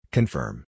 Confirm